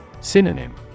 Synonym